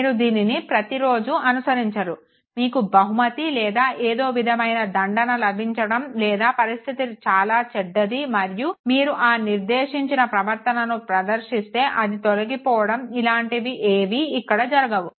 మీరు దీనిని ప్రతిరోజూ అనుసరించారు మీకు బహుమతి లేదా ఏదో విధమైన దండన లభించడం లేదా పరిస్థితి చాలా చెడ్డది మరియు మీరు ఒక నిర్దేశించిన ప్రవర్తనను ప్రదర్శిస్తే అది తొలగిపోవడం ఇలాంటివి ఏవి ఇక్కడ జరగవు